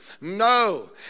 no